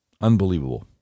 Unbelievable